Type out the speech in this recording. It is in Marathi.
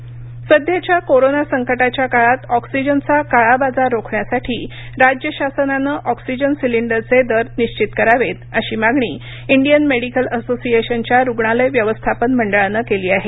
ऑक्सिजन सध्याच्या कोरोना संकटाच्या काळात ऑक्सिजनचा काळा बाजार रोखण्यासाठी राज्य शासनानं ऑक्सिजन सिलिंडरचे दर निश्वित करावेत अशी मागणी इंडियन मेडिकल असोसिएशनच्या रुग्णालय व्यवस्थापन मंडळानं केली आहे